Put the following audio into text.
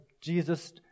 Jesus